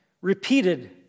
repeated